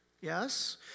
Yes